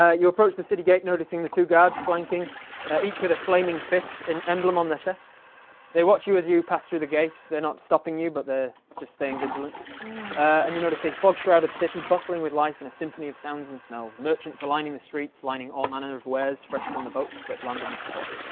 ah you approach the city gate noticing the two guards flanking each with a flaming fist in emblem on the chest they watch you as you pass through the gates. they're not stopping you, but they're just staying vigilant and you notice a fog shrouded city bustling with life and a symphony of sounds and smells merchants are lining the streets lining all manner of wares fresh from the boats that land in this port.